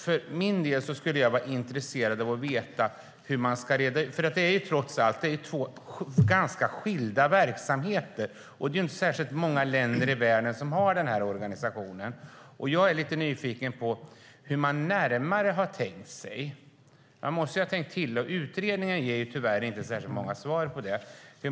För min del är jag intresserad av att veta hur man ska reda ut det. Det är trots allt två ganska skilda verksamheter. Det är inte särskilt många länder i världen som har den här organisationen. Jag är lite nyfiken på hur man närmare har tänkt sig att fortsätta verksamheten. Man måste ju ha tänkt till, men utredningen ger tyvärr inte särskilt många svar.